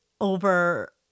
over